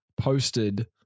posted